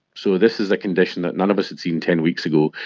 so this is a condition that none of us had seen ten weeks ago,